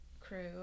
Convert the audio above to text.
crew